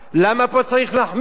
למה פה צריך להחמיר?